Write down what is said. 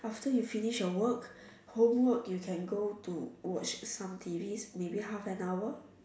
after you finish your work homework you can go to watch some T Vs maybe half an hour